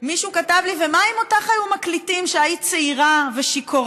מישהו כתב לי: ומה אם אותך היו מקליטים כשהיית צעירה ושיכורה?